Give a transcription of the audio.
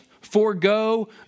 forego